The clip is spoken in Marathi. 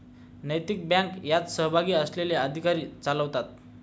नैतिक बँक यात सहभागी असलेले अधिकारी चालवतात